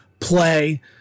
Play